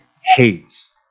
hates